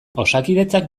osakidetzak